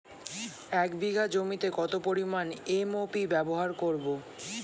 এক বিঘা জমিতে কত পরিমান এম.ও.পি ব্যবহার করব?